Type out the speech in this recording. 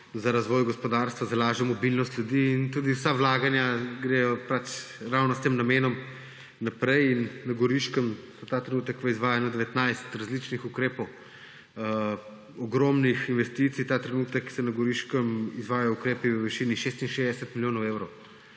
za razvoj gospodarstva, za lažjo mobilnost ljudi. In tudi vsa vlaganja gredo pač ravno s tem namenom naprej. Na Goriškem se ta trenutek izvaja 19 različnih ukrepov, ogromnih investicij. Ta trenutek se na Goriškem izvajajo ukrepov v višini 66 milijonov evrov.